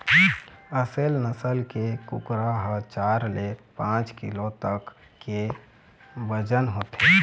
असेल नसल के कुकरा ह चार ले पाँच किलो तक के बजन होथे